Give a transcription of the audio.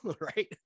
right